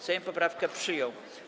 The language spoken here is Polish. Sejm poprawkę przyjął.